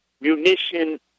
munition